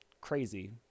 crazy